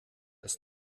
ist